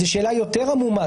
זו שאלה יותר עמומה.